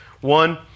One